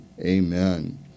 Amen